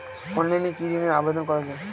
অনলাইনে কি ঋনের আবেদন করা যায়?